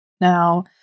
Now